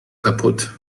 kaputt